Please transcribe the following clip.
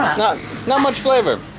not not much flavour.